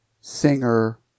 Singer